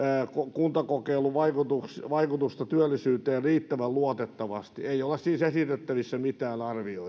kuntakokeilun vaikutusta vaikutusta työllisyyteen riittävän luotettavasti ei ole siis esitettävissä mitään arvioita